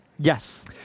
Yes